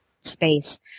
space